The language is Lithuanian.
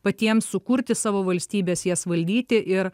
patiems sukurti savo valstybes jas valdyti ir